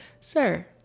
Sir